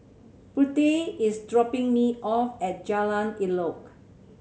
Prudie is dropping me off at Jalan Elok